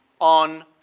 on